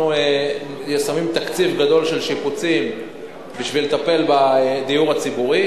אנחנו שמים תקציב גדול של שיפוצים כדי לטפל בדיור הציבורי,